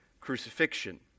crucifixion